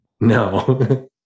no